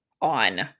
on